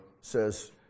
says